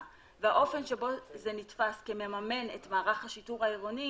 והאופן שבו זה נתפס כמממן את מערך השיטור העירוני